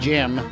Jim